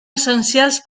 essencials